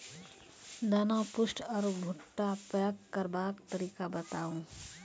दाना पुष्ट आर भूट्टा पैग करबाक तरीका बताऊ?